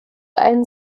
einen